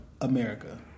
America